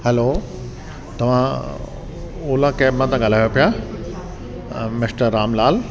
hello तव्हां Ola cab मां सां ॻाल्हायो पिया मिस्टर रामलाल